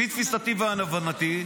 לפי תפיסתי והבנתי,